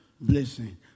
blessing